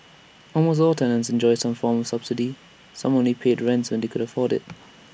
almost all tenants enjoyed some form subsidy some only paid rents when they could afford IT